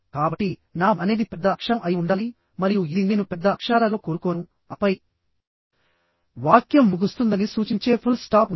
కాబట్టి నా m అనేది పెద్ద అక్షరం అయి ఉండాలి మరియు ఇది నేను పెద్ద అక్షరాలలో కోరుకోను ఆపై వాక్యం ముగుస్తుందని సూచించే ఫుల్ స్టాప్ ఉంది